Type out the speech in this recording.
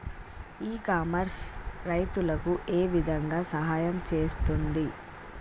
ఇ commerce రైతులకు ఏ విధంగా సహాయం చేస్తుంది?